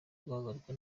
guhagarikwa